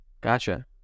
Gotcha